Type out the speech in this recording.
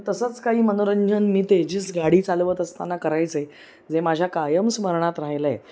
तसंच काही मनोरंजन मी ते जीच गाडी चालवत असताना करायचंय जे माझ्या कायम स्मरणात राहिलंय